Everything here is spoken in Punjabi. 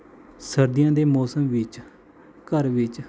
ਸਰਦੀਆਂ ਦੇ ਮੌਸਮ ਵਿੱਚ ਘਰ ਵਿੱਚ